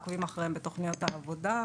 עוקבים אחריהן בתוכניות העבודה.